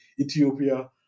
Ethiopia